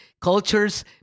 cultures